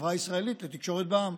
החברה הישראלית לתקשורת בע"מ),